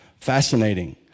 fascinating